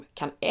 kan